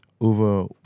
over